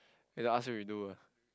later ask you redo ah